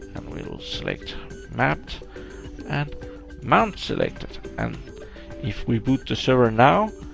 and we'll select mapped and mount selected. and if we boot the server now,